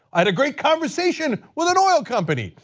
i had a great conversation with an oil company.